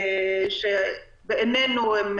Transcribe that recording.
שבעינינו, הן